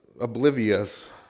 oblivious